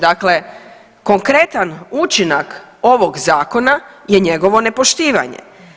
Dakle, konkretan učinak ovog zakona je njegovo nepoštivanje.